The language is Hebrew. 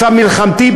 מצב מלחמתי,